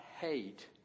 hate